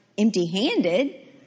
empty-handed